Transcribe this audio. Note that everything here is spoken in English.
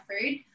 food